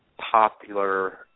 popular